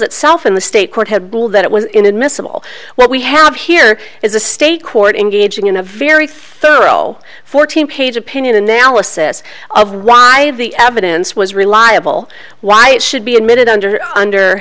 itself in the state court had ruled that it was inadmissible what we have here is a state court engaging in a very thorough fourteen page opinion analysis of why the evidence was reliable why it should be admitted under under